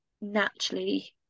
naturally